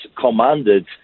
commanded